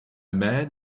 man